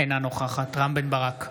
אינה נוכחת רם בן ברק,